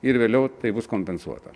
ir vėliau tai bus kompensuota